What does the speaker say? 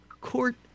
court